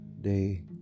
Day